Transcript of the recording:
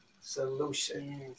solution